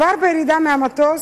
כבר בירידה מהמטוס,